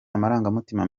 amarangamutima